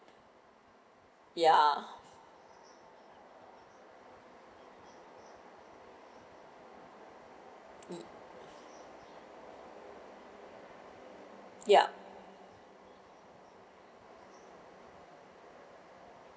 ya mm ya